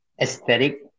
aesthetic